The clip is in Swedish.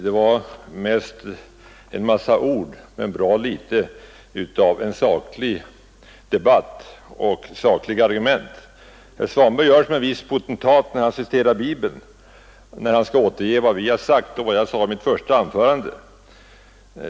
Det var en mängd ord men bra litet av saklig debatt och reella argument. När herr Svanberg skall återge vad jag sade i mitt första anförande gör han som en viss potentat när denne citerar Bibeln.